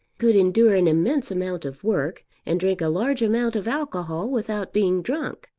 could endure an immense amount of work, and drink a large amount of alcohol without being drunk.